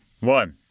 one